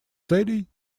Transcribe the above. целей